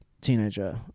teenager